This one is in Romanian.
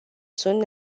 sunt